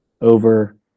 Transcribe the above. over